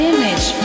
Image